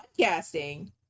podcasting